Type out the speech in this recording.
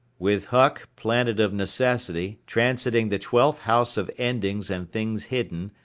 with huck, planet of necessity, transiting the twelfth house of endings and things hidden,